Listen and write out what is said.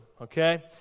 okay